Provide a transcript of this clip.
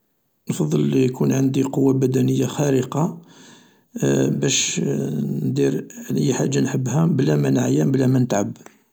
.نفضل يكون عندي قوة بدنية خارقة باش ندير أي حاجة نحبها بلا ما نعيا بلا ما نتعب